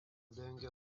dengia